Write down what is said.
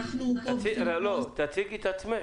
עשינו כל מאמץ למרות שהיו לוחות זמנים מאוד קצרים,